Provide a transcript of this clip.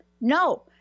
No